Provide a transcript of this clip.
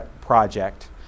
project